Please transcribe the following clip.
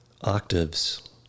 octaves